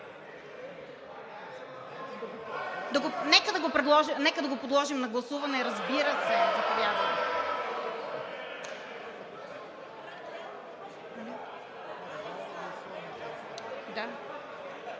Нека да го подложим на гласуване, разбира се.